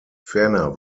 ferner